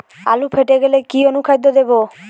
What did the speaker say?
আলু ফেটে গেলে কি অনুখাদ্য দেবো?